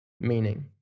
meaning